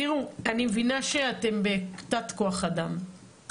תראו אני מבינה שאתם בתת כוח אדם,